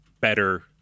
better